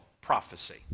prophecy